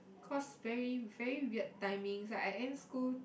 cause very very weird timing like I end school